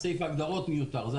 סעיף ההגדרות מיותר.